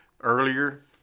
earlier